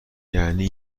یعنی